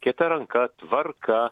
kita ranka tvarka